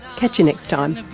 catch you next time